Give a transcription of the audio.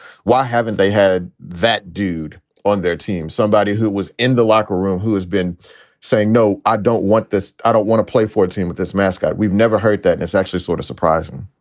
why haven't they had that dude on their team, somebody who was in the locker room who has been saying, no, i don't want this. i don't want to play for a team with this mascot. we've never heard that. and it's actually sort of surprising